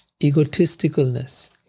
egotisticalness